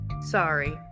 Sorry